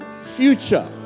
future